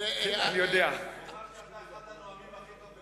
הוא אמר לי שאתה אחד הנואמים הכי טובים.